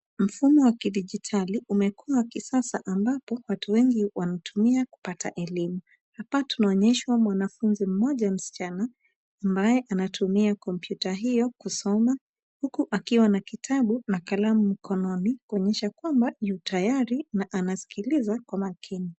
Mfumo wa kidijitali umekuwa kisasa ambapo watu wengi wanatumia kupata elimu. Hapa tunaonyeshwa mwanafunzi mmoja msichana ambaye anatumia kompyuta hiyo kusoma, huku akiwa na kitabu na kalamu mkononi, kuonyesha kwamba yu tayari na anasikiliza kwa makini.